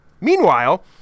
Meanwhile